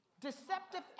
Deceptive